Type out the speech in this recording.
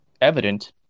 evident